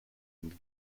and